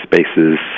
spaces